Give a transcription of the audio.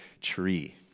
tree